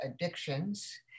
addictions